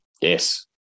Yes